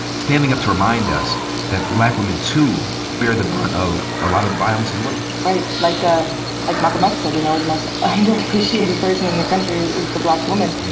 standing up to remind us that black women too bear the brunt of a lot of the violence as well? right. like ah like malcolm x said, you know, the most underappreciated person in the country is the black woman.